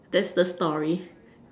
that's the story